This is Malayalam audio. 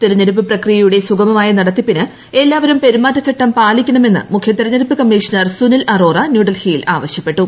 തിരഞ്ഞെടുപ്പ് പ്രക്രിയയുടെ സുഗമമായ നടത്തിപ്പിന് എല്ലാവരും പെരുമാറ്റച്ചട്ടം പാലിക്കണമെന്ന് മുഖൃ തിരഞ്ഞെടുപ്പ് കമ്മീഷണർ സുനിൽ അറോറ ന്യൂഡൽഹിയിൽ ആവശ്യപ്പെട്ടു